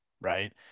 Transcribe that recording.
right